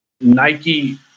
Nike